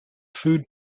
food